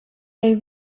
over